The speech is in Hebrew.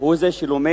הוא זה שלומד